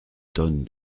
tonnes